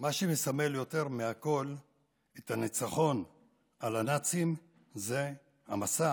מה שמסמל יותר מהכול את הניצחון על הנאצים זה המסע